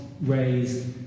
raised